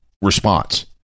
response